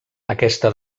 aquesta